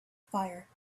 fire